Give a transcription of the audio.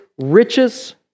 Riches